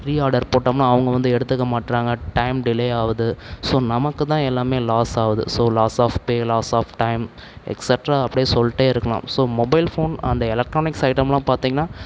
ரீ order போட்டோம்னா அவங்க வந்து எடுத்துக்க மாட்டேறாங்க டைம் டிலே ஆகுது ஸோ நமக்கு தான் எல்லாமே லாஸ் ஆகுது so loss of pay loss of time extra அப்படியே சொல்லிகிட்டே இருக்கலாம் ஸோ மொபைல் ஃபோன் அந்த எலக்ட்ரானிக்ஸ் ஐட்டமெலாம் பார்த்திங்கன்னா